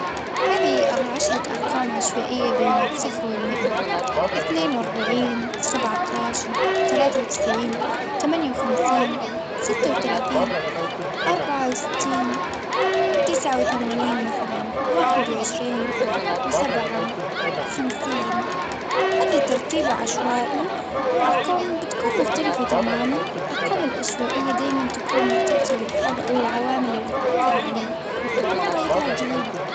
هذه عشرة أرقام عشوائية بين الصفر والمئة، إثنين وأربعين، سبعة عشر ،ثلاثة وتسعين، ثمانية وخمسين، ستة وثلاثين، أربعة وستين، تسعة وثمانين مثلا، واحد وعشرين، وسبعة خمسينن هذا الترتيب عشوائي، والأرقام بتكون مختلفة تماما، الأرقام العشوائية دايما تكون مرتبطة بالحظ، أو العوامل اللي بتأثر عليها، كل مرة يطلع جديد.